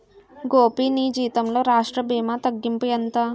గోపీ నీ జీతంలో రాష్ట్ర భీమా తగ్గింపు ఎంత